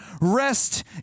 rest